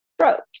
stroke